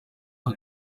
aka